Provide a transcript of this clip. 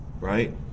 right